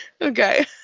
Okay